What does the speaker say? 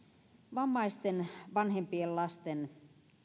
vammaisten lasten